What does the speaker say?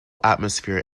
atmosphere